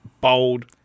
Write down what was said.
bold